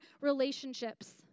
relationships